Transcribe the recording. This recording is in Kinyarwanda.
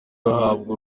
bahabwa